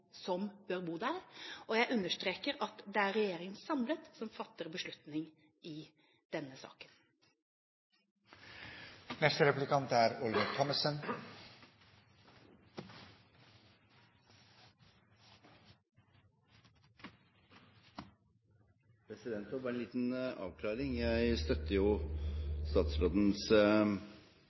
som bør bo der, og jeg understreker at det er regjeringen samlet som fatter beslutning i denne saken. Dette er bare en liten avklaring, for jeg støtter jo statsrådens